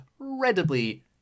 incredibly